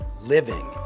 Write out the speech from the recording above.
living